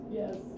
yes